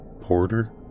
Porter